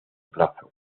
plazo